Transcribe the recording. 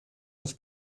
los